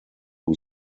who